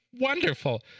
wonderful